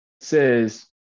says